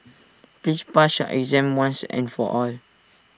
please pass your exam once and for all